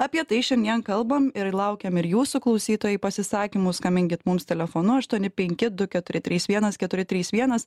apie tai šiandien kalbam ir laukiam ir jūsų klausytojai pasisakymų skambinkit mums telefonu aštuoni penki du keturi trys vienas keturi trys vienas